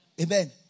Amen